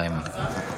סימון.